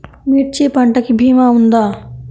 మిర్చి పంటకి భీమా ఉందా?